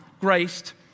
graced